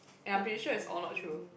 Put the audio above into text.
and I'm pretty sure is all not true